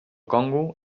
congo